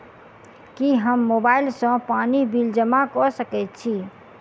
की हम मोबाइल सँ पानि बिल जमा कऽ सकैत छी?